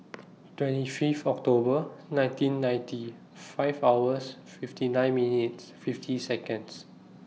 twenty Fifth October nineteen ninety five hours fifty nine minutes fifty Seconds